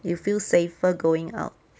you feel safer going out